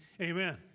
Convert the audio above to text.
Amen